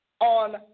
on